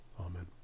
Amen